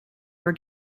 were